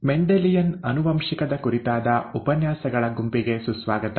Mendelian ಆನುವಂಶಿಕದ ಕುರಿತಾದ ಉಪನ್ಯಾಸಗಳ ಗುಂಪಿಗೆ ಸುಸ್ವಾಗತ